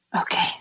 Okay